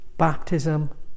Baptism